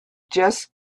just